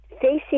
facing